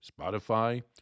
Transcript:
Spotify